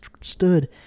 stood